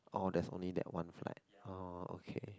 oh there's only that one flight oh okay